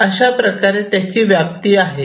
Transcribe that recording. अशाप्रकारे त्याची व्याप्ती आहे